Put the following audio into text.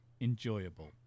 enjoyable